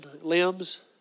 limbs